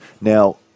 Now